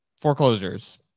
foreclosures